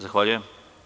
Zahvaljujem.